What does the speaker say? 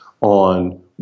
on